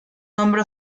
nombre